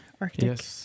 arctic